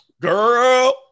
girl